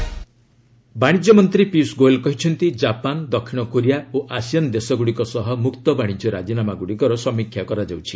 ପିୟୁଷ ଗୋଏଲ୍ ବାଣିଜ୍ୟ ମନ୍ତ୍ରୀ ପିୟୁଷ ଗୋଏଲ୍ କହିଛନ୍ତି ଜାପାନ ଦକ୍ଷିଣ କୋରିଆ ଓ ଆସିଆନ ଦେଶଗୁଡ଼ିକ ସହ ମୁକ୍ତ ବାଣିଜ୍ୟ ରାଜିନାମାଗୁଡ଼ିକର ସମୀକ୍ଷା କରାଯାଉଛି